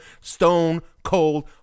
stone-cold